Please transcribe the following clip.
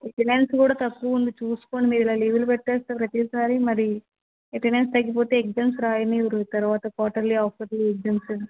attendance కూడా తక్కువ ఉంది చూసుకోండి మీరు ఇలా లీవులు పెట్టేస్తే ప్రతిసారి మరి అటెండెన్స్ తగ్గిపోతే ఎగ్జామ్స్ రాయినివ్వరు తర్వాత క్వాటర్లి హాఫ్ఇర్లి ఎగ్జామ్స్